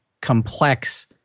complex